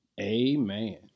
Amen